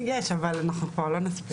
יש, אבל אנחנו כבר לא נספיק.